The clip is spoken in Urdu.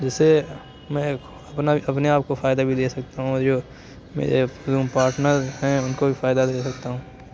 جس سے میں اپنا اپنے آپ کو فائدہ بھی دے سکتا ہوں اور جو میرے روم پارٹنر ہیں ان کو بھی فائدہ دے سکتا ہوں